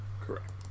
Correct